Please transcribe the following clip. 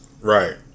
right